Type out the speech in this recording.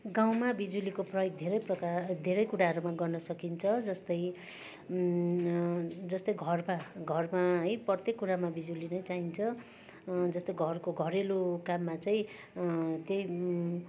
गाउँमा बिजुलीको प्रयोग धेरै प्रकार धेरै कुराहरूमा गर्नु सकिन्छ जस्तै जस्तै घरपा घरमा है प्रत्येक कुरामै बिजुली नै चाहिन्छ जस्तो घरको घरेलु काममा चाहिँ त्यही